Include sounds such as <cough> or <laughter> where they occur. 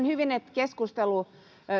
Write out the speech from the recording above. <unintelligible> hyvin että keskustelu